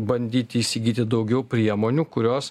bandyti įsigyti daugiau priemonių kurios